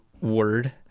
word